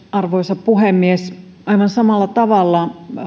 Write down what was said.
arvoisa puhemies aivan samalla tavalla